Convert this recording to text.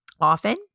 often